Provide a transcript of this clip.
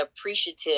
appreciative